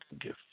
gift